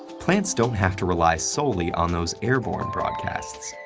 plants don't have to rely solely on those airborne broadcasts.